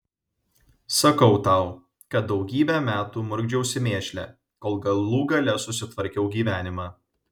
sakau tau kad daugybę metų murkdžiausi mėšle kol galų gale susitvarkiau gyvenimą